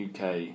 UK